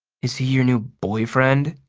is he your new boyfriend?